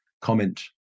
comment